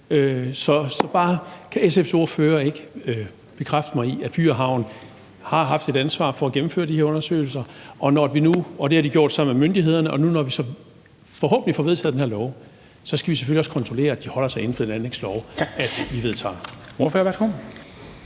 høre: Kan SF's ordfører ikke bekræfte mig i, at By & Havn har haft et ansvar for at gennemføre de her undersøgelser, at de har gjort det sammen med myndighederne, og at vi, når nu vi forhåbentlig får vedtaget den her lov, selvfølgelig også skal kontrollere, at de holder sig inden for den anlægslov, vi vedtager?